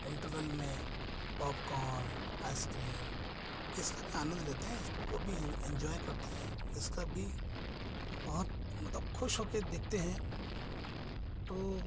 interval में popcorn ice cream इसका भी आनंद लेते हैं इसको भी इंजॉय करते हैं इसका भी बहुत मतलब खुश होकर देखते हैं तो